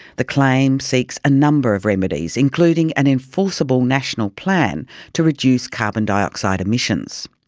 the claim seeks a number of remedies, including an enforceable national plan to reduce carbon dioxide emissions.